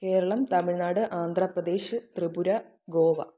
Keralam Tamil Nadu Andhra Pradesh Tripura Goa